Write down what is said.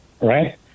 Right